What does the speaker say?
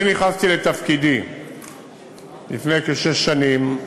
כשאני נכנסתי לתפקידי לפני כשש שנים,